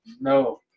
no